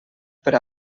per